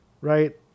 right